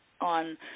on